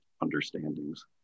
understandings